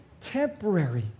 temporary